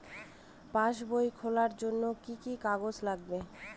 পাসবই খোলার জন্য কি কি কাগজ লাগবে?